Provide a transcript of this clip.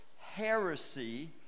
heresy